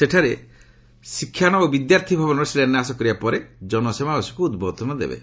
ସେଠାରେ ସେ ଶିକ୍ଷାନ ଓ ବିଦ୍ୟାର୍ଥୀ ଭବନର ଶିଳାନ୍ୟାସ କରିବା ପରେ ଜନସମାବେଶକୂ ଉଦ୍ବୋଧନ ଦେବେ